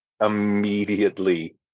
immediately